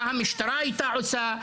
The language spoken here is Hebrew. מה המשטרה הייתה עושה?